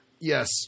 Yes